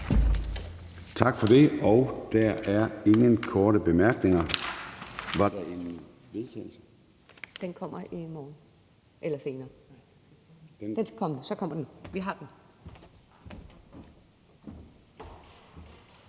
Tak for det. Der er ingen korte bemærkninger.